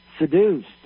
seduced